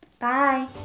Bye